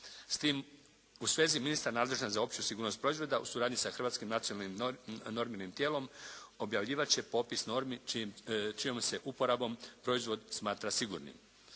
S tim u svezi ministar nadležan za opću sigurnost proizvoda u suradnji sa hrvatskim nacionalnim norminim tijelom objavljivat će popis normi čijom se uporabom proizvod smatra sigurnim.